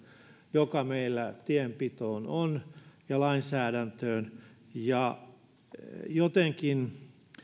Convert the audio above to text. joka meillä on tienpitoon ja lainsäädäntöön jotenkin